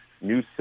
New